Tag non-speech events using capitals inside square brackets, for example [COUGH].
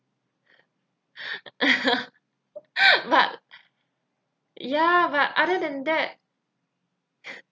[LAUGHS] but ya but other than that [LAUGHS]